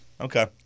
Okay